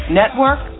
network